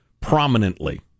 prominently